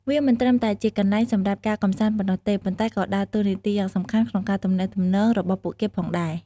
វាមិនត្រឹមតែជាកន្លែងសម្រាប់ការកម្សាន្តប៉ុណ្ណោះទេ ប៉ុន្តែក៏ដើរតួនាទីយ៉ាងសំខាន់ក្នុងការទំនាក់ទំនងរបស់ពួកគេផងដែរ។